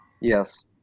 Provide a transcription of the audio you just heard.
Yes